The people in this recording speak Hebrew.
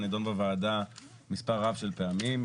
נידון בוועדה מספר רב של פעמים.